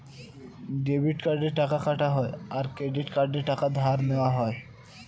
debit কার্ডে টাকা কাটা হয় আর ক্রেডিট কার্ডে টাকা ধার নেওয়া হয়